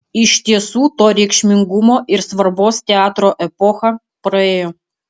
iš tiesų to reikšmingumo ir svarbos teatro epocha praėjo